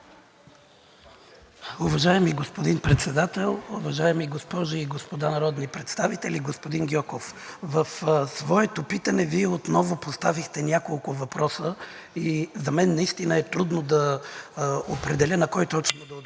Уважаеми господин Председател, уважаеми госпожи и господа народни представители! Господин Гьоков, в своето питане Вие отново поставихте няколко въпроса и за мен наистина е трудно на кой точно да отговоря,